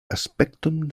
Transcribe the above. aspekton